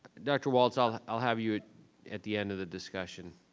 dr. walts, i'll i'll have you at the end of the discussion,